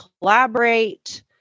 collaborate